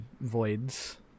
voids